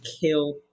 kill